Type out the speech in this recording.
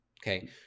okay